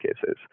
cases